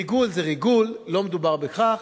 ריגול זה ריגול, לא מדובר בכך,